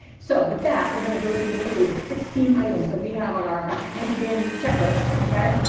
so with that, we're going to go through literally the sixteen items that we have on our handy dandy checklist. okay.